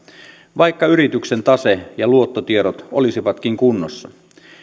vaikka yrityksen tase ja luottotiedot olisivatkin kunnossa